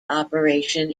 operation